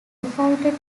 appointed